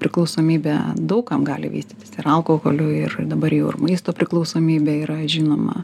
priklausomybė daug kam gali vystytis ir alkoholiui ir dabar jau ir maisto priklausomybė yra žinoma